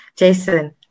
Jason